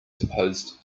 supposed